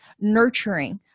nurturing